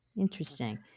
Interesting